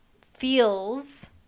feels